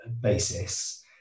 basis